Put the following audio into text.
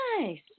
nice